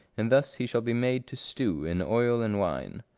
and thus he shall be made to stew in oil and wine.